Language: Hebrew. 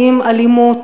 האם אלימות,